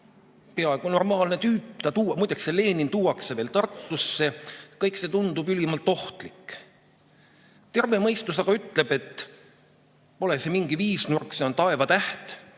peaaegu normaalne tüüp. Muide, see Lenin tuuakse veel Tartusse. Kõik see tundub ülimalt ohtlik. Terve mõistus aga ütleb, et pole see mingi viisnurk, see on taevatäht.